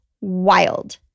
wild